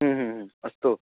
अस्तु